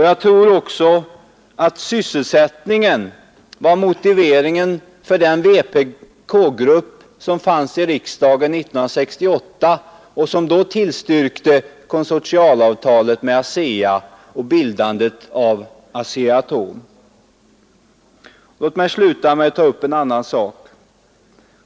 Jag tror också att sysselsättningen var motiveringen för den vpk-grupp som fanns i riksdagen 1968 och som då tillstyrkte konsortialavtalet med ASEA och bildandet av ASEA-Atom. Låt mig sluta med att ta upp en annan sak.